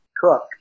cook